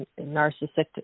narcissistic